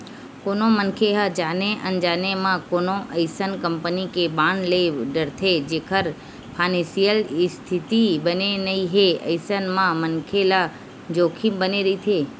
कोनो मनखे ह जाने अनजाने म कोनो अइसन कंपनी के बांड ले डरथे जेखर फानेसियल इस्थिति बने नइ हे अइसन म मनखे ल जोखिम बने रहिथे